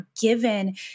given